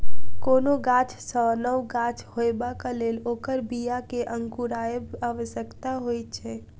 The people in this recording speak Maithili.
कोनो गाछ सॅ नव गाछ होयबाक लेल ओकर बीया के अंकुरायब आवश्यक होइत छै